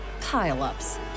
pile-ups